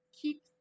keep